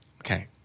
Okay